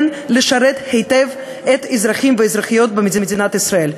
לשרת היטב את האזרחים והאזרחיות במדינת ישראל?